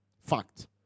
Fact